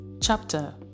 chapter